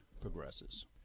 progresses